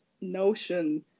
notion